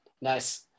nice